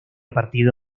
partido